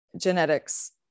Genetics